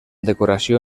decoració